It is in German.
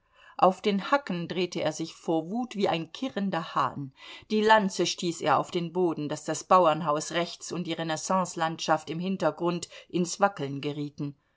auf den hacken drehte er sich vor wut wie ein kirrender hahn die lanze stieß er auf den boden daß das bauernhaus rechts und die renaissancelandschaft im hintergrund ins wackeln gerieten